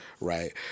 Right